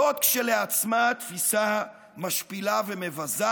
זאת כשלעצמה תפיסה משפילה ומבזה,